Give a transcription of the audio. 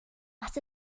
was